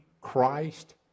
Christ